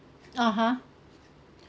(uh huh)